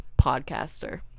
podcaster